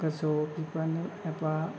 गोजौ बिबाननि एबा